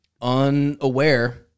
unaware